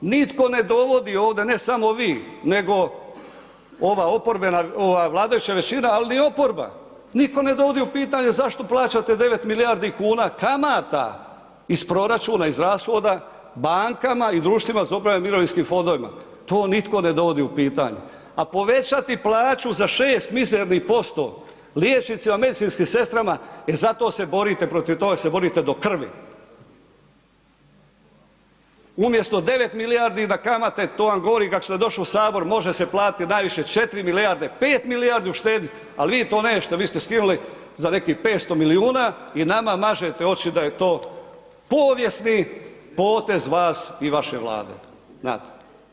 Nitko ne dovodi ovde, ne samo vi, nego ova vladajuća većina, al ni oporba, nitko ne dovodi u pitanje zašto plaćate 9 milijardi kuna kamata iz proračuna, iz rashoda, bankama i društvima za upravljanje mirovinskim fondovima, to nitko ne dovodi u pitanje, a povećati plaću za 6 mizernih % liječnicima i medicinskim sestrama, e zato se borite, protiv toga se borite do krvi, umjesto 9 milijardi na kamate, to vam govorim kako sam došo u HS može se platiti najviše 4 milijarde, 5 milijardi uštedit, al vi to nećete, vi ste skinuli za nekih 300 milijuna i nama mažete oči da je to povijesni potez vas i vaše Vlade, znate.